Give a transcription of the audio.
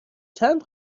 چند